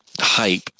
hype